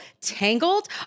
Tangled